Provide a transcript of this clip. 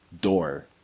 door